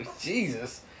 Jesus